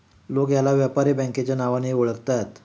लोक याला व्यापारी बँकेच्या नावानेही ओळखतात